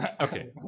okay